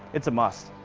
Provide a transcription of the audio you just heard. it's a must.